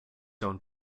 owned